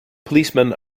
policemen